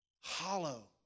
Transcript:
Hollow